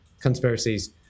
conspiracies